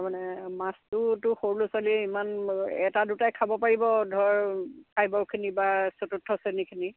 তাৰমানে মাছটোতো সৰু ল'ৰা ছোৱালীয়ে ইমান এটা দুটাই খাব পাৰিব ধৰ ফাইবৰখিনি বা চতুৰ্থ শ্ৰেণীখিনি